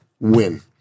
win